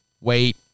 wait